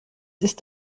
ist